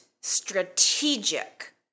strategic